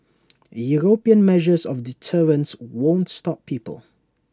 european measures of deterrence won't stop people